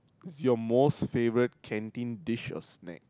was your most favourite canteen dish or snack